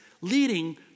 leading